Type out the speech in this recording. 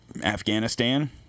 Afghanistan